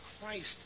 Christ